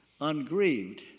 ungrieved